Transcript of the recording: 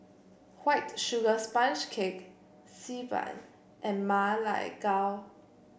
White Sugar Sponge Cake Xi Ban and Ma Lai Gao